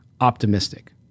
optimistic